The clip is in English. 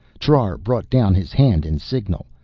trar brought down his hand in signal.